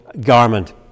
garment